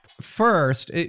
First